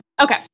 Okay